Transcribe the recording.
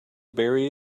bury